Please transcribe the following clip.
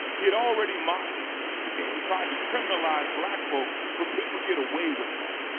he had already mocked and tried to criminalize black folk but people get away with that.